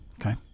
Okay